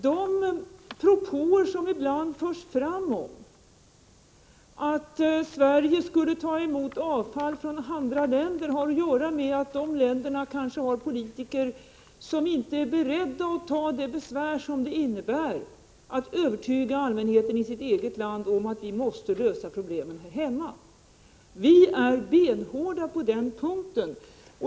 De propåer som ibland förts fram om att Sverige skulle ta emot avfall från andra länder har att göra med att de länderna kanske har politiker som inte är beredda att ta det besvär som det innebär att övertyga allmänheten i sitt eget land om att man måste lösa problemen hemma. Vi är benhårda på den punkten.